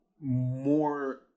more